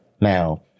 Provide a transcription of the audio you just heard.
Now